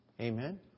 Amen